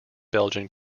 belgian